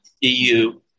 EU